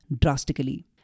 drastically